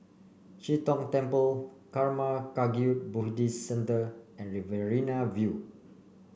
Chee Tong Temple Karma Kagyud Buddhist Centre and Riverina View